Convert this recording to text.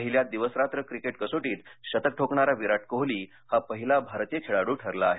पहिल्या दिवस रात्र क्रिकेट कसोटीत शतक ठोकणारा विराट कोहली हा पहिला भारतीय खेळाडू ठरला आहे